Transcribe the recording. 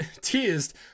teased